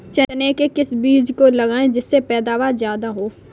चने के किस बीज को लगाएँ जिससे पैदावार ज्यादा हो?